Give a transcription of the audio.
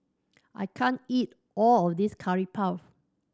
I can't eat all of this Curry Puff